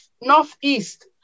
northeast